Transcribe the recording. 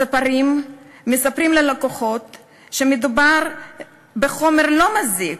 הספרים מספרים ללקוחות שמדובר בחומר לא מזיק,